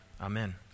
Amen